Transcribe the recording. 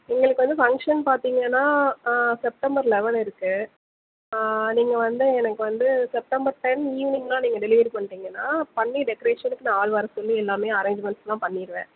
எங்களுக்கு வந்து ஃபங்ஷன் பார்த்தீங்கனா ஆ செப்டம்பர் லவன் இருக்கு ஆ நீங்கள் வந்து எனக்கு வந்து செப்டம்பர் டென் ஈவினிங் முன்னாடி நீங்கள் டெலிவரி பண்ணிட்டீங்கனா பண்ணி டெக்ரேஷனுக்கு நான் ஆள் வர சொல்லி எல்லாம் அரேஞ்மெண்ட்ஸ்லாம் பண்ணிருவேன்